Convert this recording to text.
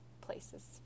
Places